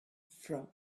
from